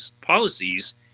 policies